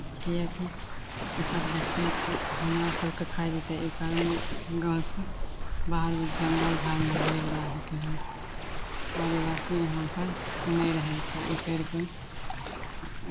ओत अच्छासे पढ़बै आर नहि रहै पढ़बै नहि रहै लेकिन जब उपरसे दबाब आबै रहै तब पढ़बै आर रहै अच्छेसे जे पढ़बै पढ़ाइ आर बहुत अच्छा अच्छा रहै लेकिन बच्चोके पढ़ाएक मन रहएके चाही ई नहि दोनो तरफसे तऽ